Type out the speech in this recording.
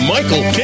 Michael